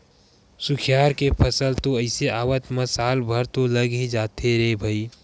खुसियार के फसल तो अइसे आवत म साल भर तो लगे ही जाथे रे भई